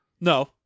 No